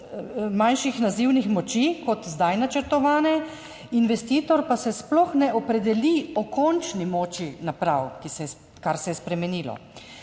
manjših nazivnih moči kot zdaj načrtovane, investitor pa se sploh ne opredeli o končni moči naprav, kar se je spremenilo.